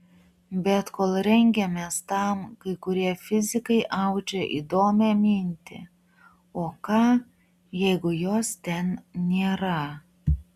bet kol rengiamės tam kai kurie fizikai audžia įdomią mintį o ką jeigu jos ten nėra